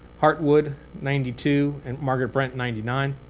heartwood ninety two. and margaret brent ninety nine.